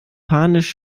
panisch